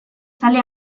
zale